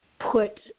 put